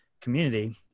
community